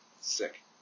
Sick